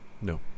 No